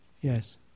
Yes